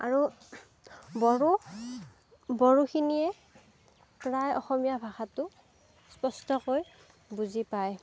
আৰু বড়ো বড়োখিনিয়ে প্ৰায় অসমীয়া ভাষাটো স্পষ্টকৈ বুজি পায়